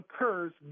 occurs